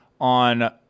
on